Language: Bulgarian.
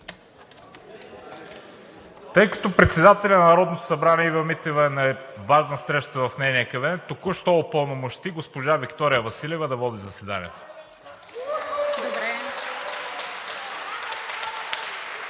Тъй като председателят на Народното събрание Ива Митева е на важна среща в нейния кабинет, току-що упълномощи госпожа Виктория Василева да води заседанието.